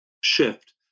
shift